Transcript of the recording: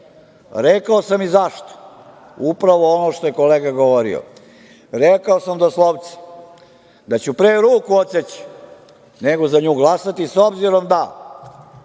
Rekao sam i zašto, upravo ono što je kolega govorio, rekao sam doslovce, da ću pre ruku odseći nego za nju glasati s obzirom da